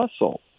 muscle